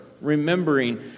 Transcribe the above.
remembering